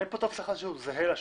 אין כאן טופס אחד שהוא זהה לשני.